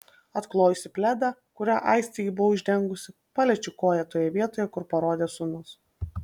atklojusi pledą kuriuo aistė jį buvo uždengusi paliečiu koją toje vietoje kur parodė sūnus